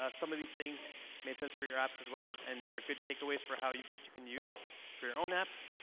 some of these things made sense for your apps as well and are good takeaways for how you which you can use for your own apps.